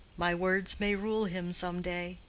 my words may rule him some day.